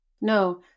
No